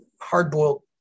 hard-boiled